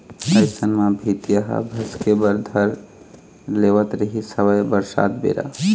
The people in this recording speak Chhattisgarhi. अइसन म भीतिया ह भसके बर धर लेवत रिहिस हवय बरसात बेरा